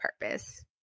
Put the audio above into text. purpose